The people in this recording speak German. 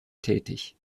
tätig